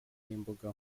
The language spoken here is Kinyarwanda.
n’imbuga